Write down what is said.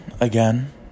again